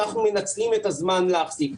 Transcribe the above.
שאנחנו מנצלים את הזמן להחזיק.